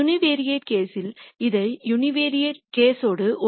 univariate கேஸ்யில் இதை univariate கேஸ்உடன் ஒப்பிடுவோம்